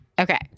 Okay